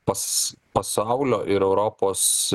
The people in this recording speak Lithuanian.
pas pasaulio ir europos